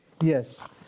Yes